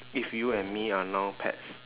if you and me are now pets